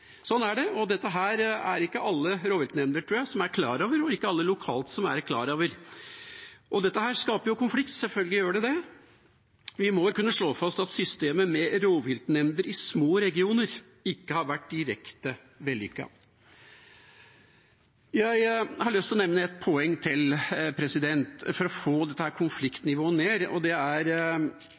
Sånn er det, og dette er det ikke alle rovviltnemnder, tror jeg, som er klar over, eller alle lokalt som er klar over. Dette skaper konflikt, selvfølgelig gjør det det. Vi må kunne slå fast at systemet med rovviltnemnder i små regioner ikke har vært direkte vellykket. Jeg har lyst til å nevne et poeng til, for å få dette konfliktnivået ned. Det er et poeng jeg har etterlyst mange ganger i denne debatten, og det er